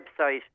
website